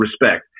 respect